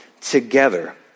Together